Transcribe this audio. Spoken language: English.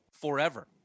forever